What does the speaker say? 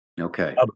Okay